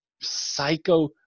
psycho